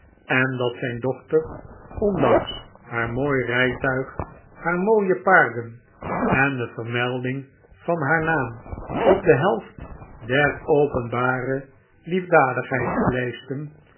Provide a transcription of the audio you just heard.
en dat zijn dochter ondanks haar mooi rijtuig haar mooie paarden en de vermelding van haar naam op de helft der openbare liefdadigheidslijsten der